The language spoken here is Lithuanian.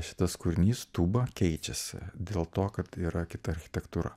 šitas kūrinys tūba keičiasi dėl to kad yra kita architektūra